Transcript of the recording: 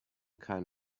kind